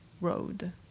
road